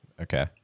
Okay